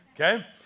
Okay